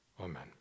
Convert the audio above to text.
Amen